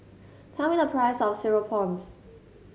tell me the price of Cereal Prawns